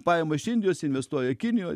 pajama iš indijos investuoja kinijoj